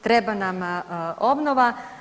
Treba nam obnova.